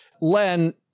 Len